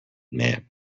man